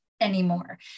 anymore